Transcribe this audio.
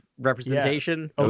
representation